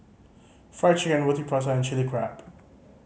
Fried Chicken Roti Prata and Chilli Crab